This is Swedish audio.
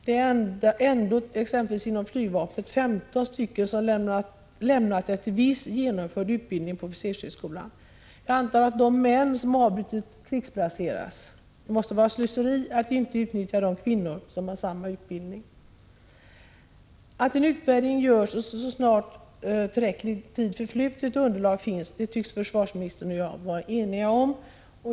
Det är ändå exempelvis 15 kvinnor som lämnat flygvapnet efter viss genomförd utbildning på officershögskolan. Jag antar att de män som avbrutit utbildningen har krigsplacerats. Det måste vara slöseri att inte utnyttja de kvinnor som har samma utbildning. Att en utvärdering skall göras så snart tillräcklig tid förflutit och underlag finns tycks försvarsministern och jag vara eniga om.